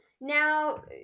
Now